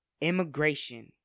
Immigration